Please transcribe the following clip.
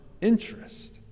interest